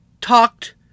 talked